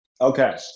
Okay